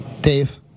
Dave